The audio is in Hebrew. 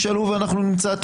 המשטרה קיבלה